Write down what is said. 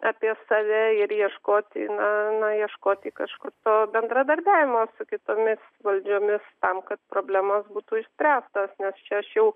apie save ir ieškoti na na ieškoti kažkur to bendradarbiavimo su kitomis valdžiomis tam kad problemos būtų išspręstos nes čia aš jau